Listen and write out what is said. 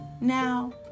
now